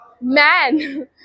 man